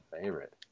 Favorite